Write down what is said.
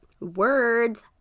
Words